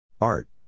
Art